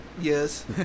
Yes